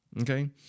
okay